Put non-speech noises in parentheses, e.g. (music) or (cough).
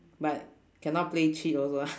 but cannot play cheat also (laughs)